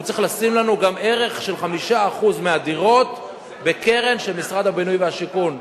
הוא צריך לשים לנו גם ערך של 5% מהדירות בקרן של משרד הבינוי והשיכון.